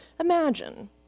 Imagine